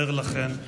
אומר לכן: